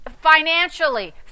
financially